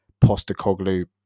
Postacoglu